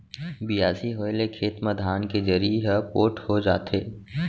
बियासी होए ले खेत म धान के जरी ह पोठ हो जाथे